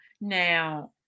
Now